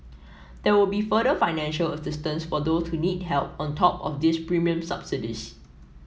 there will be further financial assistance for those who need help on top of these premium subsidies